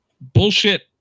bullshit